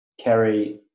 Kerry